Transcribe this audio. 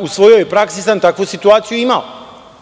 u svojoj praksi sam takvu situaciju imao. Još